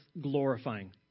glorifying